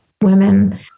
Women